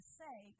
say